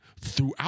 throughout